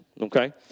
okay